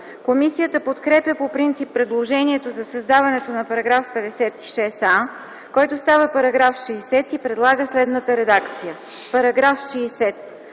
Комисията подкрепя по принцип предложението за създаването на § 56а, който става § 60, и предлага следната редакция: „§ 60.